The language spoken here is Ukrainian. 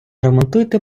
ремонтуйте